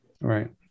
Right